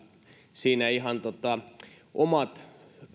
siinä ihan omat